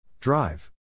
Drive